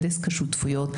בדסק השותפויות,